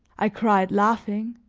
i cried, laughing,